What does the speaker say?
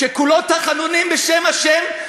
שכולו תחנונים בשם השם,